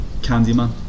Candyman